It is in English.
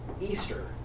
Easter